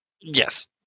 Yes